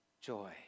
joy